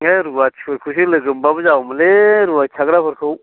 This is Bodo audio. बे रुवाथिफोरखौसो लोगो मोनब्लाबो जागौमोनलै रुवाथि थाग्राफोरखौ